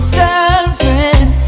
girlfriend